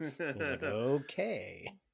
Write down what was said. Okay